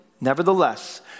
Nevertheless